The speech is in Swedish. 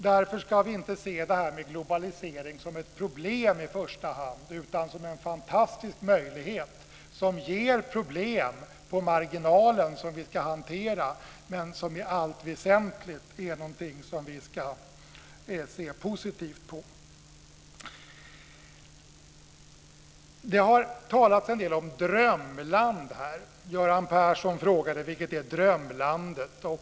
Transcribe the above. Därför ska vi inte se detta med globalisering som ett problem i första hand utan som en fantastisk möjlighet som ger problem på marginalen som vi ska hantera. I allt väsentligt ska vi se positivt på den. Det har talats en del om drömland här. Göran Persson frågade vilket drömlandet är.